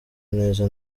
neza